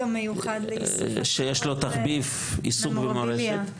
עיסוק במורשת.